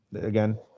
again